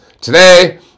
today